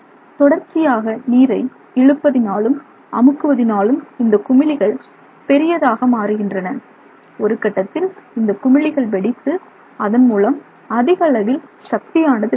தொடர்ச்சியாக நீரை இழுப்பதினாலும் அமுக்குவதினாலும் இந்த குமிழிகள் பெரியதாக மாறுகின்றன ஒரு கட்டத்தில் இந்த குமிழிகள் வெடித்து அதன்மூலம் அதிக அளவில் சக்தியானது வெளிப்படுகிறது